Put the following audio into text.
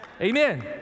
Amen